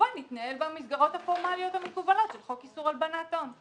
מתנהל במסגרות הפורמליות המקובלות של חוק איסור הלבנת הון.